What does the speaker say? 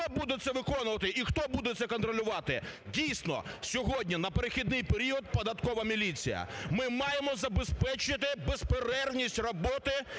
Хто буде це виконувати і хто буде це контролювати? Дійсно сьогодні на перехідний період – Податкова міліція. Ми маємо забезпечити безперервність роботи